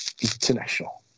International